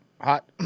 hot